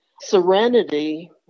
serenity